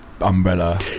umbrella